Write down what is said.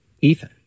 ethan